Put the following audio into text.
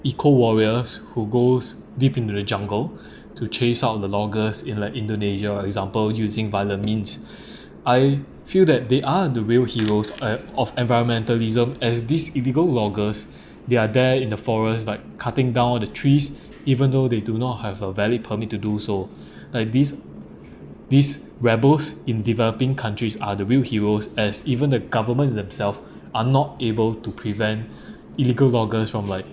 eco warriors who goes deep into the jungle to chase out the loggers in like indonesia example using I feel that they are the real heroes eh of environmentalism as these illegal loggers they're there in the forest like cutting down the trees even though they do not have a valid permit to do so uh these these rebels in developing countries are the real heroes as even the government themselves are not able to prevent illegal loggers from like